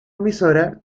emisora